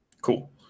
Cool